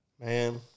Man